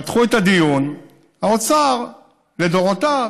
פתחו את הדיון, האוצר לדורותיו